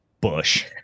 bush